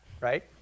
Right